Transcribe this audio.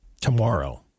Tomorrow